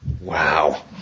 Wow